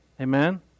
Amen